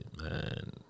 man